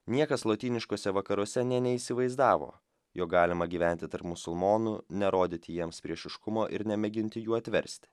niekas lotyniškuose vakaruose nė neįsivaizdavo jog galima gyventi tarp musulmonų nerodyti jiems priešiškumo ir nemėginti jų atversti